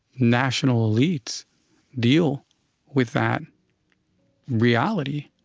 national elites deal with that reality,